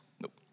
Nope